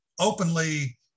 openly